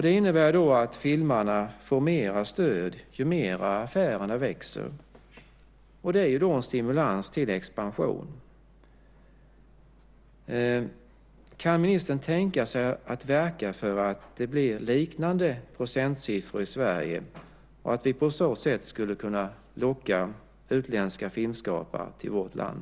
Det innebär att filmarna får mer stöd ju mer affärerna växer. Det är ju en stimulans till expansion. Kan ministern tänka sig att verka för att det blir liknande procentsiffror i Sverige så att vi på så sätt kan locka utländska filmskapare till vårt land?